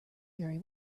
very